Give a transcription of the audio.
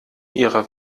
ihrer